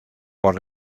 por